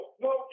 No